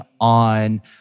on